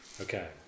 Okay